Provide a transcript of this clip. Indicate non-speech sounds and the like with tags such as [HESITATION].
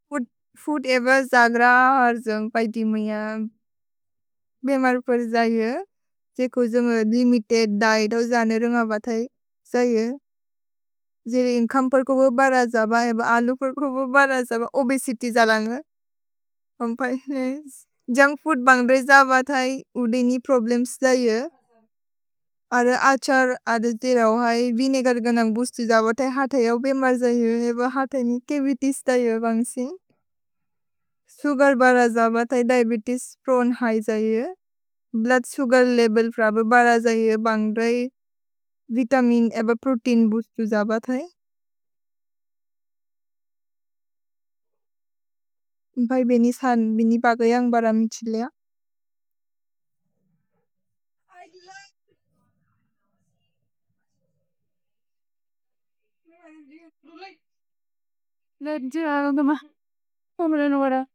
Food एब जग्र हर् जुन्ग् पैति मेअम्। भेमर् प्रए जै यु। त्से को जुन्ग् लिमितेद् दिएत् औ जने रुन्ग बतै। जै यु। जेरे युन्ग् खम्पर् को बो बर्र जब एब अलु पर्र् को बो बर्र जब। ओबेसित्य् ज लन्ग। पम्पै। जुन्क् फूद् बन्ग् रेज बतै। उदेनि प्रोब्लेम्स् जै यु। अर अछर् अद तेरौ है। विनेगर् गनन्ग् बुस्तु जब। त्से हतै औ बेमर् जै यु। एब हतै नि चवितिएस् जै यु। सुगर् बर्र जबतै। दिअबेतेस् प्रोने है जै यु। भ्लूद् सुगर् लेवेल् बर्र जै यु। वितमिन् एब प्रोतेइन् बुस्तु जबतै। [HESITATION] भ्है बेनि सन्। भेनि पक युन्ग् बर्र मिछिलेअ। [HESITATION] [NOISE] न जिर अलुन्ग म। ओम्रेनु बर।